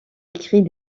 écrit